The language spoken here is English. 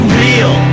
real